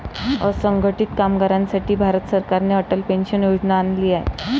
असंघटित कामगारांसाठी भारत सरकारने अटल पेन्शन योजना आणली आहे